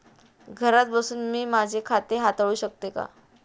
घरात बसून मी माझे खाते हाताळू शकते का?